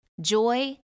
joy